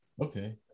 Okay